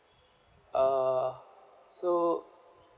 uh so